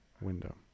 window